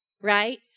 right